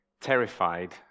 terrified